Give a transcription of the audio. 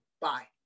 Bye